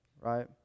Right